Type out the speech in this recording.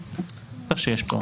בטח שיש פטור.